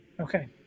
Okay